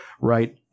right